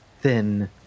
thin